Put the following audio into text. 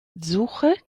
suche